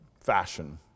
fashion